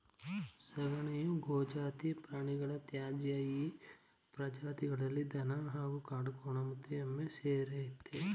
ಸಗಣಿಯು ಗೋಜಾತಿ ಪ್ರಾಣಿಗಳ ತ್ಯಾಜ್ಯ ಈ ಪ್ರಜಾತಿಗಳಲ್ಲಿ ದನ ಹಾಗೂ ಕಾಡುಕೋಣ ಮತ್ತು ಎಮ್ಮೆ ಸೇರಯ್ತೆ